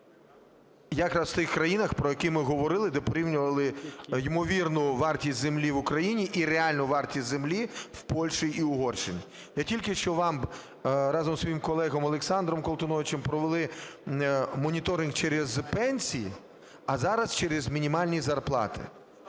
якраз в тих країнах, про які ми говорили, де порівнювали ймовірну вартість землі в Україні і реальну вартість землі в Польщі і в Угорщині. Я тільки що вам разом зі своїм колегою Олександром Колтуновичем провели моніторинг через пенсії, а зараз через мінімальні зарплати.